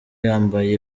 yambaye